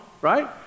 Right